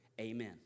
Amen